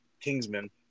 Kingsman